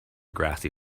grassy